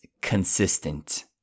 consistent